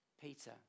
Peter